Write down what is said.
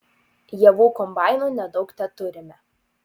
javų kombainų nedaug teturime